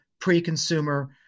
pre-consumer